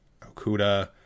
Okuda